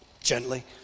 Gently